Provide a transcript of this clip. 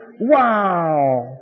Wow